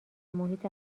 محیط